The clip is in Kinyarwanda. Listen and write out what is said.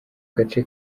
gace